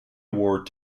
award